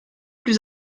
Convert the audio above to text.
plus